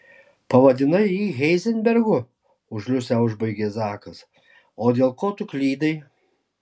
pavadinai jį heizenbergu už liusę užbaigė zakas o dėl ko tu klydai